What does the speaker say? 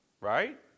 right